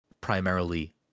primarily